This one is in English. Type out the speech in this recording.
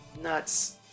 Nuts